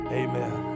amen